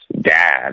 dad